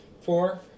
Four